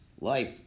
life